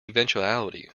eventuality